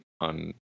on